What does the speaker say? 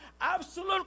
absolute